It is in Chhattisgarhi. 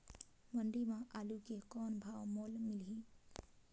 मंडी म आलू के कौन भाव मोल मिलही?